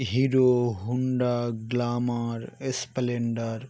hero Honda Glamour Splendor